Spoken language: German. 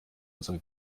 unsere